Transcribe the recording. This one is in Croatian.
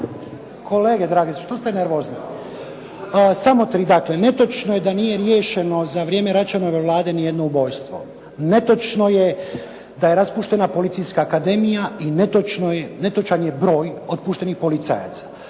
Kolege drage, što se neurozni? Samo tri. Dakle, netočno je da nije riješeno za vrijeme Račanove Vlade ni jedno ubojstvo, netočno je da je raspuštena Policijska akademija i netočan je broj otpuštenih policajaca.